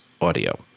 Audio